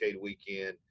Weekend